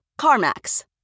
CarMax